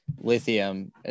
lithium